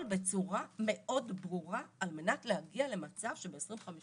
בצורה מאוד ברורה על מנת להגיע למצב שב-2050